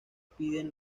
piden